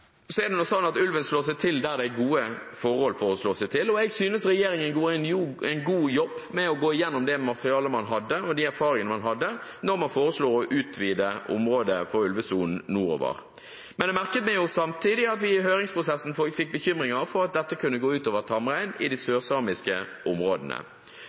er det sånn at ulven slår seg ned der det er gode forhold for å slå seg ned. Jeg synes regjeringen gjorde en god jobb med å gå gjennom det materialet og de erfaringene man hadde, da man foreslo å utvide området for ulvesonen nordover. Men jeg merket meg samtidig at vi i høringsprosessen fikk høre bekymringer for at dette kunne gå ut over tamrein i de sørsamiske områdene.